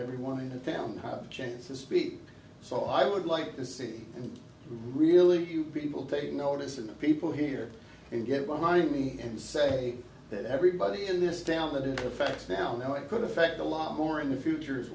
everyone in the family have a chance to speak so i would like to see really people take notice and the people here can get behind me and say that everybody in this town that it affects now know it could affect a lot more in the future as